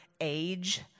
age